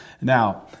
Now